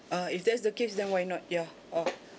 ah if that's the case then why not ya uh